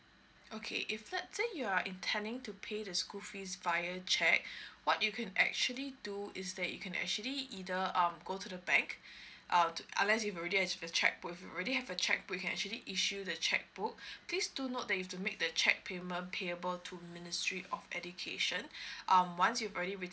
okay if let's say you are intending to pay the school fees via cheque what you can actually do is that you can actually either um go to the bank err to unless you already have a cheque book if you already have a cheque book you can actually issue the cheque book please do note that you have to make the cheque payment payable to ministry of education um once you've already with